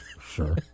Sure